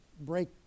break